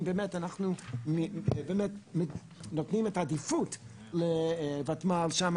אם אנחנו נותנים את העדיפות לוותמ"ל שם,